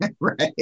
Right